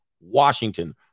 Washington